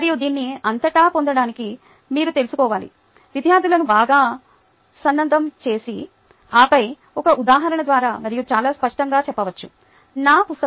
మరియు దీన్ని అంతటా పొందడానికి మీరు తెలుసుకోవాలి విద్యార్థులను బాగా సన్నదo చేసి ఆపై ఒక ఉదాహరణ ద్వారా మరియు చాలా స్పష్టంగా చెప్పవచ్చు